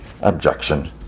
Objection